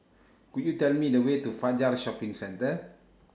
Could YOU Tell Me The Way to Fajar Shopping Centre